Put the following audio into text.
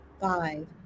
five